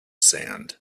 sand